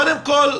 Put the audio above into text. קודם כל,